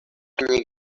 кӗнеке